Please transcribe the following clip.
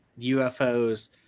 UFOs